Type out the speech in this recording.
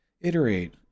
iterate